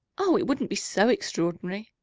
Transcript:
oh! it wouldn't be so extraordinary.